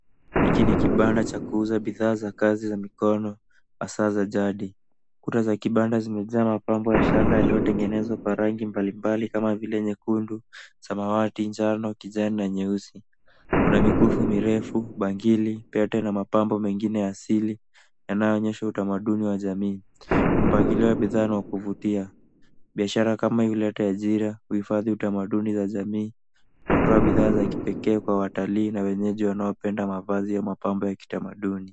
Hiki ni kibanda cha kuuza bidhaa za kazi za mikono hasaa za jadi. Kuta za kibanda zimejaa mapambo ya shanga yaliyotengenezwa kwa rangi mbalimbali kama vile nyekundu, samawati, njano, kijana na nyeusi. Kuna mikufu mirefu, bangili, pete na mapambo mengine ya asili yanayoonyesha utamaduni wa jamii. Mpangilio wa bidhaa ni wa kuvutia. Biashara kama hii huleta ajira, huifadhi utamaduni za jamii na hutoa bidhaa za kipekee kwa watalii na wenyeji wanaopenda mavazi ya mapambo ya kitamaduni.